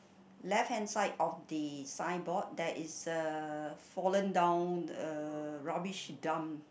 left hand side of the signboard there is a fallen down uh rubbish dump